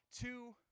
two